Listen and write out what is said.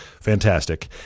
Fantastic